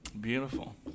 beautiful